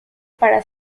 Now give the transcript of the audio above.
para